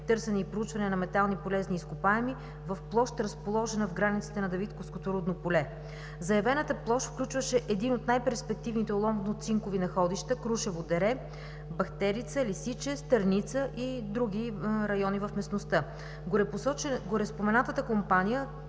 търсене и проучване на метални полезни изкопаеми в площ, разположена в границите на Давидковското рудно поле. Заявената площ включваше един от най-перспективните оловно-цинкови находища: „Крушево дере“, „Бахтерица“, „Лисиче“, „Стърница“ и други райони в местността. Гореспоменатата компания